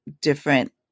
different